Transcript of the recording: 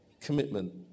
commitment